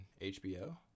HBO